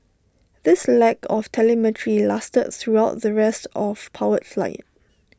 this lack of telemetry lasted throughout the rest of powered flight